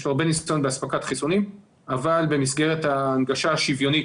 יש לו הרבה ניסיון באספקת חיסונים אבל במסגרת ההנגשה השוויונית